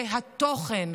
זה התוכן.